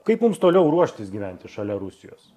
kaip mums toliau ruoštis gyventi šalia rusijos